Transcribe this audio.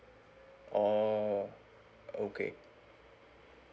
orh okay